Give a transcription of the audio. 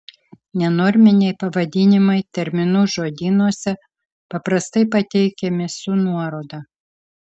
nenorminiai pavadinimai terminų žodynuose paprastai pateikiami su nuoroda